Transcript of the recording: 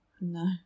No